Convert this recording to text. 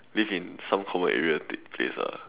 leave in some cold area dead place ah